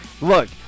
Look